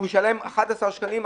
הוא משלם 11 שקלים.